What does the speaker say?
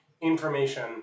information